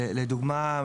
לדוגמה,